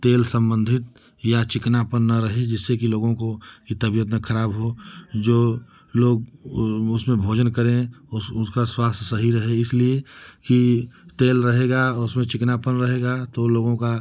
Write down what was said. तेल सम्बन्धित या चिकनापन न रहे जिससे कि लोगों को की तबियत न खराब हो जो लोग वह उसमें भोजन करें उस उसका स्वास्थ्य सही रहे इसलिए कि तेल रहेगा और उसमें चिकनापन रहेगा तो लोगों का